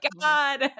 god